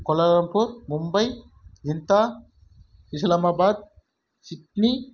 Kuala Lumpur Mumbai இண்ட்டா Islamabad Sydney